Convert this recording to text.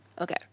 Okay